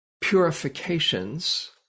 purifications